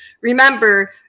remember